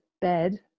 bed